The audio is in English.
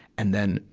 and then,